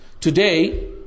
Today